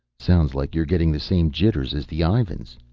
sounds like you're getting the same jitters as the ivans.